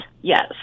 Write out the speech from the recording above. yes